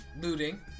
looting